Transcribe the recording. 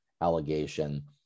allegation